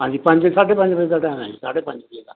ਹਾਂਜੀ ਪੰਜ ਸਾਢੇ ਪੰਜ ਵਜੇ ਦਾ ਟਾਈਮ ਹੈ ਸਾਢੇ ਪੰਜ ਵਜੇ ਦਾ